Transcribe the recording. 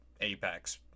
Apex